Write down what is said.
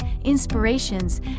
Inspirations